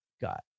got